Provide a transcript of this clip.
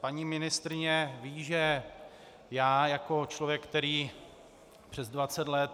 Paní ministryně ví, že já jako člověk, který přes 20 let